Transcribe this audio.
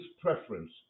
preference